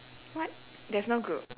what there's no group